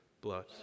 blood